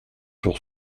sur